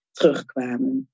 terugkwamen